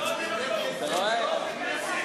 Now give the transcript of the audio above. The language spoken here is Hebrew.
אני רוצה להסביר לכם על מה הצבעתם ב-2005.